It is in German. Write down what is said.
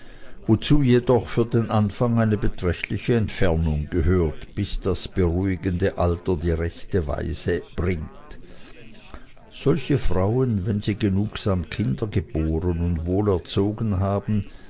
wozu jedoch für den anfang eine beträchtliche entfernung gehört bis das beruhigende alter die rechte weihe bringt solche frauen wenn sie genugsam kinder geboren und wohl erzogen haben